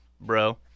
Bro